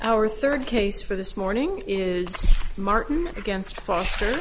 our third case for this morning is mark against foster